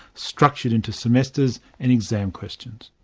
structured into semesters and exam questions.